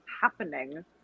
happening